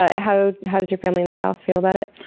ah how how does your family in the south feel about it?